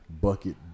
bucket